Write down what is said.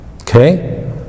Okay